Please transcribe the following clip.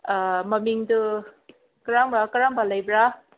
ꯃꯃꯤꯡꯗꯨ ꯀ꯭ꯔꯝꯕ ꯀꯔꯝꯕ ꯂꯩꯕ꯭ꯔꯥ